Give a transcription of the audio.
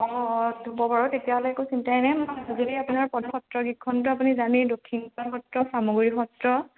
অঁ অঁ ঢুব ঘৰ তেতিয়াহ'লে একো চিন্তাই নাই মই গধূলি আপোনাৰ পদ সত্ৰখনটো আপুনি জানেই দক্ষিণপাট সত্ৰ চামগুৰি সত্ৰ